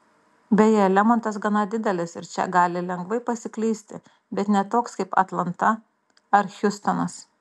beje lemontas gana didelis ir čia gali lengvai pasiklysti bet ne toks kaip atlanta ar hjustonas